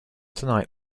tonight